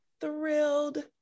thrilled